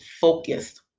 focused